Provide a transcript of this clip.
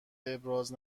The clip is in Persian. ابراز